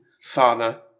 Sana